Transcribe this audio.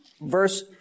verse